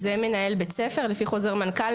זה מנהל בית ספר לפי חוזר מנכ"ל,